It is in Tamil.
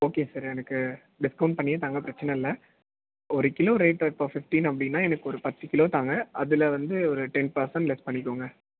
ஓகே சார் எனக்கு டிஸ்கவுண்ட் பண்ணியே தாங்க பிரச்சனை இல்லை ஒரு கிலோ ரேட் இப்போ பிஃப்ட்டின் அப்படினா எனக்கு ஒரு பத்து கிலோ தாங்க அதில் வந்து ஒரு டென் பெர்ஸன்ட் லெஸ் பண்ணிக்கோங்க